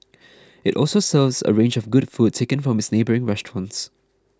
it also serves a range of good food taken from its neighbouring restaurants